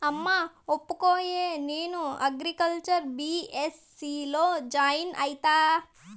అమ్మా ఒప్పుకోయే, నేను అగ్రికల్చర్ బీ.ఎస్.సీ లో జాయిన్ అయితా